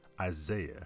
Isaiah